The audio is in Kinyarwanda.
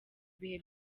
bihe